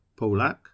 Polak